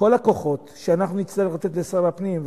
כל הכוחות שאנחנו נצטרך לתת לשר הפנים,